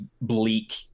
bleak